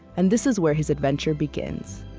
and this is where his adventure begins